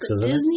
Disney